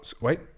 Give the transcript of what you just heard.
wait